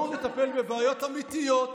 בואו נטפל בבעיות אמיתיות,